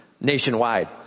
Nationwide